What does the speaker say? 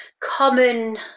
common